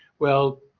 well,